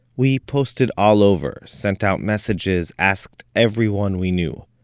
we posted all over sent out messages, asked everyone we knew.